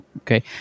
okay